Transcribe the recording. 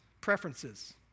preferences